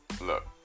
look